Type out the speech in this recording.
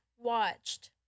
watched